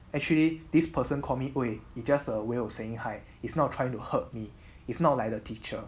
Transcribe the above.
actually this person call me !oi! it just a way of saying hi it's not trying to hurt me if not like the teacher